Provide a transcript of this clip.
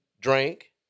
drink